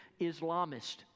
Islamist